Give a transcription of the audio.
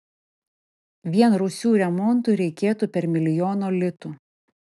vien rūsių remontui reikėtų per milijono litų